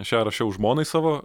aš ją rašiau žmonai savo